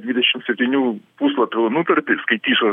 dvidešim septynių puslapių nutartį skaitysiu